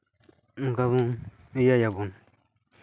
ᱚᱱᱟ ᱵᱚᱱ ᱤᱭᱟᱹᱭᱟᱵᱚᱱ